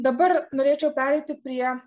dabar norėčiau pereiti prie